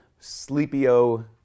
sleepio